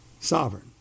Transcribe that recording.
sovereign